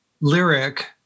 lyric